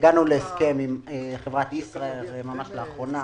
הגענו להסכם עם חברת ישראייר ממש לאחרונה